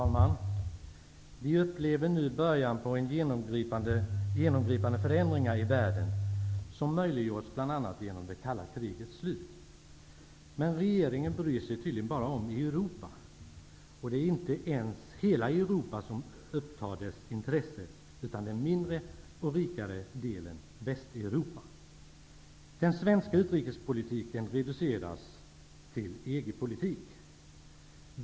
Fru talman! Vi upplever nu början av genomgripande förändringar i världen, som har möjliggjorts genom det kalla krigets slut. Men regeringen bryr sig bara om Europa, och det är inte ens hela Europa som upptar dess intresse, utan den mindre och rikare delen, Västeuropa. Den svenska utrikespolitiken reduceras till EG-politik.